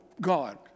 God